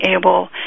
able